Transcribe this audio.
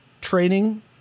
Training